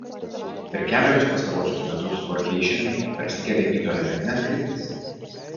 per kelerius pastaruosius metus vorkeišenai persikėlė į tolimesnes kryptis